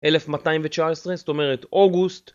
1219 זאת אומרת אוגוסט